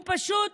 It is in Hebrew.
הוא פשוט